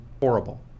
horrible